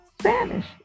Spanish